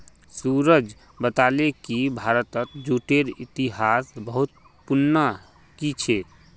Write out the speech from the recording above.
सूरज बताले कि भारतत जूटेर इतिहास बहुत पुनना कि छेक